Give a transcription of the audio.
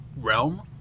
realm